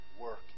work